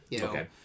Okay